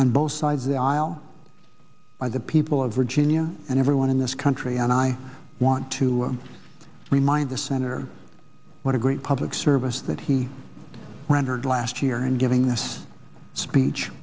on both sides of the aisle by the people of virginia and everyone in this country and i want to remind the senator what a great public service that he rendered last year in giving this speech